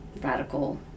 radical